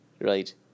right